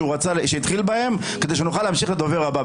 שהתחיל בהם כדי שנוכל להמשיך לדובר הבא.